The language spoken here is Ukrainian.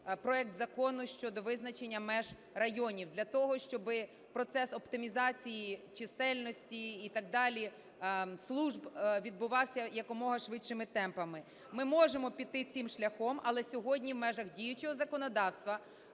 проект Закону щодо визначення меж районів для того, щоби процес оптимізації, чисельності і так далі, служб відбувався якомога швидшими темпами. Ми можемо піти цим шляхом. Але сьогодні в межах діючого законодавства